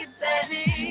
Baby